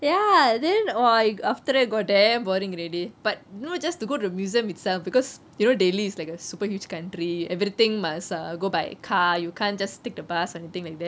ya then !wah! after that I got damn boring already but you know just to go to the museum itself because you know delhi it's like a super huge country everything must err go by car you can't just take the bus or anything like that